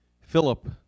Philip